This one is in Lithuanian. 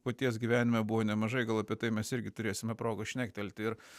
paties gyvenime buvo nemažai gal apie tai mes irgi turėsime progos šnektelti ir